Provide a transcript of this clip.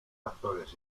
actores